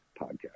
podcast